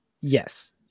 Yes